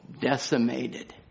decimated